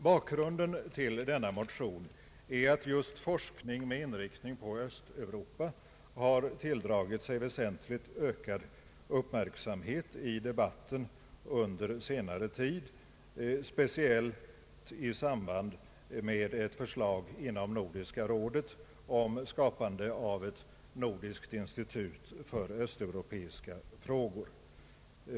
Bakgrunden till denna motion är att just forskning med inriktning på Östeuropa har tilldragit sig väsentligt ökad uppmärksamhet i debatten under senare tid, speciellt i samband med ett förslag inom Nordiska rådet om skapande av ett nordiskt institut för östeuropeiska frågor.